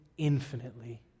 infinitely